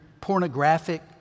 pornographic